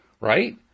right